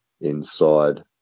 inside